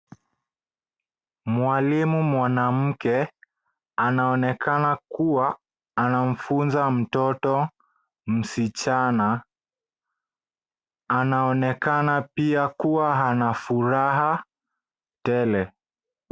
Mwalimu mwanamke anaonekana kuwa anamfunza mtoto msichana. Anaonekana pia kuwa ana furaha tele.